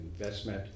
investment